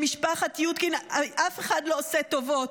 למשפחת יודקין אף אחד לא עושה טובות.